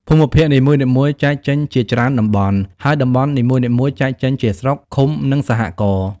ភូមិភាគនីមួយៗ ចែកចេញ ជាច្រើនតំបន់ ហើយតំបន់នីមួយៗ ចែកចេញជាស្រុក ឃុំ និងសហករណ៍។